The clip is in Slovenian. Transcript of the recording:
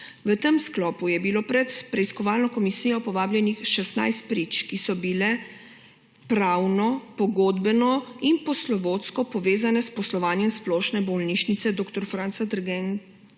V tem sklopu je bilo pred preiskovalno komisijo povabljenih 16 prič, ki so bile pravno, pogodbeno in poslovodsko povezane s poslovanjem Splošne bolnišnice dr. Franca Derganca